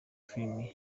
filime